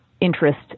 interest